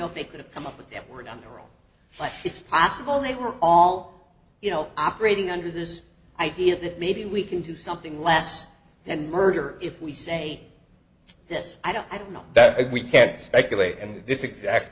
know if they could have come up with that word on the right but it's possible they were all you know operating under this idea that maybe we can do something less than murder if we say this i don't i don't know that we can't speculate and this exact